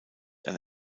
ein